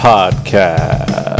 Podcast